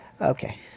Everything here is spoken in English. okay